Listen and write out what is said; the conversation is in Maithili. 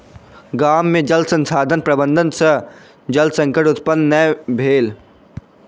गाम में जल संसाधन प्रबंधन सॅ जल संकट उत्पन्न नै भेल